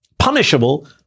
punishable